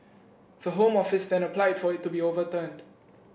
the Home Office then applied for it to be overturned